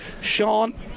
Sean